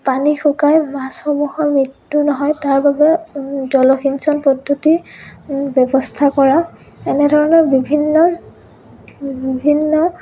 পানী শুকাই মাছসমূহৰ মৃত্যু নহয় তাৰবাবে জলসিঞ্চন পদ্ধতিৰ ব্যৱস্থা কৰা এনেধৰণৰ বিভিন্ন বিভিন্ন